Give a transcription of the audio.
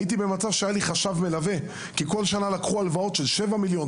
הייתי במצב שהיה לי חשב מלווה כי בכל שנה לקחו הלוואות של 7 מיליון,